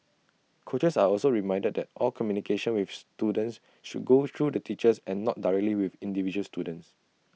coaches are also reminded that all communication with students should go through the teachers and not directly with individual students